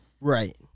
Right